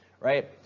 right